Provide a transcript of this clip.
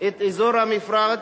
את אזור המפרץ,